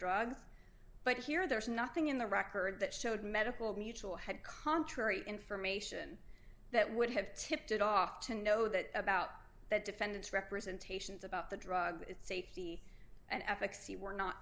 drugs but here there is nothing in the record that showed medical mutual had contrary information that would have tipped it off to know that about the defendants representations about the drug safety and efficacy were not